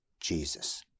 Jesus